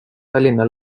tallinna